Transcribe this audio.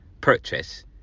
purchase